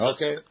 Okay